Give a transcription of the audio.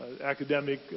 academic